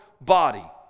body